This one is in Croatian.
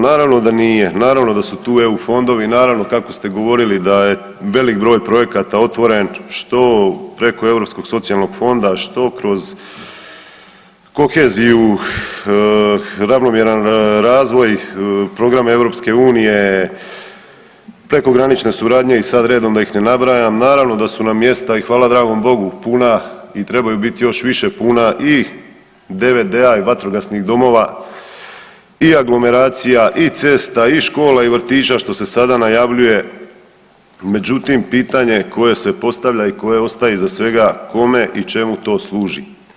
Naravno da nije, naravno da su tu EU fondovi, naravno kako ste govorili da je velik broj projekata otvoren, što preko Europskog socijalnog fonda, što kroz koheziju, ravnomjeran razvoj, program EU, prekogranične suradnje i sad redom da ih ne nabrajam, naravno da su na mjesta i hvala dragom Bogu, puna, i trebaju biti još više puna i DVD-a i vatrogasnih domova i aglomeracija i cesta i škola i vrtića, što se sada najavljuje, međutim, pitanje koje se postavlja i koje ostaje iza svega, kome i čemu to služi?